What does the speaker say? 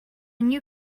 new